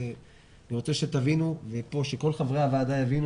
אני רוצה שכל חברי הוועדה יבינו,